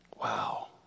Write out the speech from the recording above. Wow